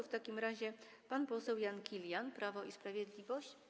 W takim razie pan poseł Jan Kilian, Prawo i Sprawiedliwość.